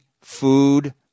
food